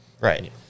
Right